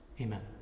Amen